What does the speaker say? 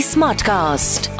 Smartcast